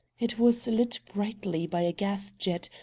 it was lit brightly by a gas-jet,